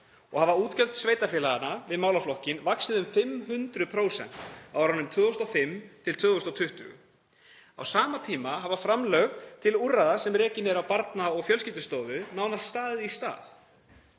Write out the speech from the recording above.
og uxu útgjöld sveitarfélaganna í málaflokknum um 500% á árunum 2005–2020. Á sama tíma hafa framlög til úrræða sem rekin eru af Barna- og fjölskyldustofu nánast staðið í stað.